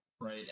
Right